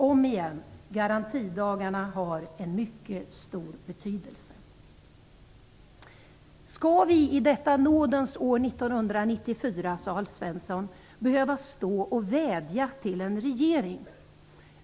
Om igen: Garantidagarna har en mycket stor betydelse. Skall vi i detta nådens år 1994, sade Alf Svensson, behöva stå och vädja till en regering?